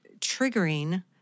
triggering